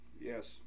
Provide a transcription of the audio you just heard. Yes